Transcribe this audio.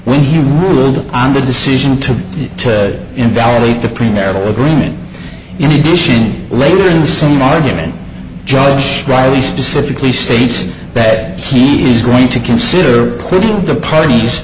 when he ruled on the decision to to invalidate the premarital agreement in addition later in the same argument john riley specifically states that he is going to consider the parties